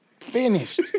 finished